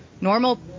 normal